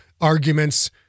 arguments